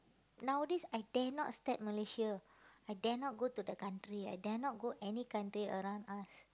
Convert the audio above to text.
nowadays I dare not step Malaysia I dare not go to the country I dare not go any country around us